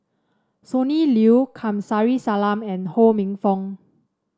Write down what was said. Sonny Liew Kamsari Salam and Ho Minfong